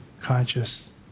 conscious